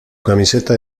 camiseta